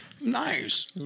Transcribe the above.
Nice